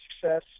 success